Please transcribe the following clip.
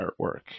artwork